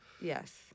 Yes